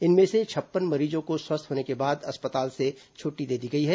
इनमें से छप्पन मरीजों को स्वस्थ होने के बाद अस्पताल से छुट्टी दे दी गई है